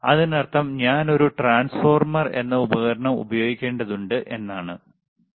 അതിനർത്ഥം ഞാൻ ഒരു ട്രാൻസ്ഫോർമർ എന്ന ഉപകരണം ഉപയോഗിക്കേണ്ടതുണ്ട് എന്നാണു